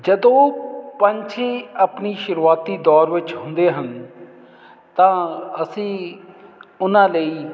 ਜਦੋਂ ਪੰਛੀ ਆਪਣੇ ਸ਼ੁਰੂਆਤੀ ਦੌਰ ਵਿੱਚ ਹੁੰਦੇ ਹਨ ਤਾਂ ਅਸੀਂ ਉਹਨਾਂ ਲਈ